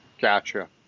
Gotcha